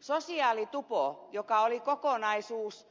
sosiaalitupossa joka oli kokonaisuus